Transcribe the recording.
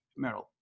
Meryl